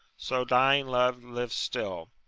so dying love lives still.